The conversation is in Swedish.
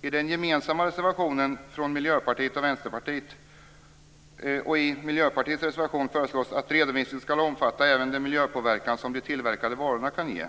I Miljöpartiets reservation och i den gemensamma reservationen från Miljöpartiet och Vänsterpartiet föreslås att redovisningen skall omfatta även den miljöpåverkan som de tillverkade varorna kan ge.